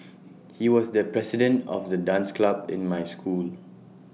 he was the president of the dance club in my school